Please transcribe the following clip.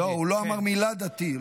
הוא לא אמר את המילה "דתי".